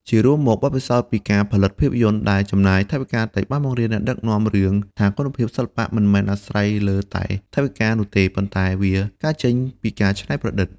ជារួមមក បទពិសោធន៍ពីការផលិតភាពយន្តដែលចំណាយថវិកាតិចបានបង្រៀនអ្នកដឹកនាំរឿងថាគុណភាពសិល្បៈមិនមែនអាស្រ័យលើតែថវិកានោះទេ ប៉ុន្តែវាកើតចេញពីការច្នៃប្រឌិត។